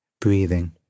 breathing